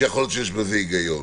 שיכול להיות שיש בזה היגיון.